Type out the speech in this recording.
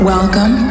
Welcome